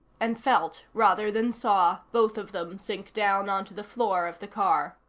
and felt, rather than saw, both of them sink down onto the floor of the car.